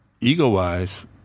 Ego-wise